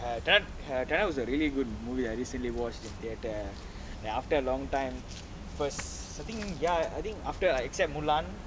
uh that that was a really good movie I recently watched in theatre ya like after a long time first I think ya I think first ya except mulan